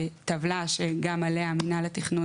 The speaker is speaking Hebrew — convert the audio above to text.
בטבלה שגם עליה מינהל התכנון,